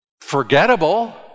forgettable